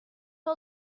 all